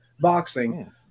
boxing